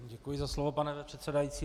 Děkuji za slovo, pane předsedající.